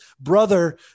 brother